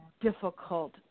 difficult